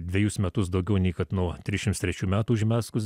dvejus metus daugiau nei kad nuo trisdešimt trečių metų užmezgus